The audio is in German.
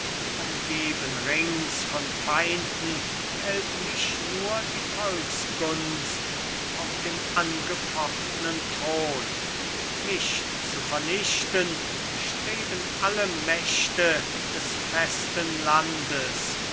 umgeben rings von feinden hält mich nur die volkskunst auf dem angefochtnen thron mich zu vernichten streben alle mächte des festen landes